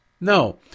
No